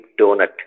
donut